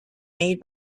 made